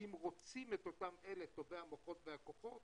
אם רוצים את אותם אלה טובי המוחות והכוחות